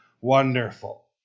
wonderful